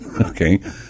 okay